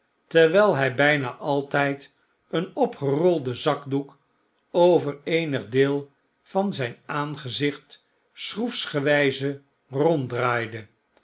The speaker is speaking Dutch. terwijl hij byna altyd een opgerolde zakdoek over eenig deel van zyn aangezicht schroefsgewyze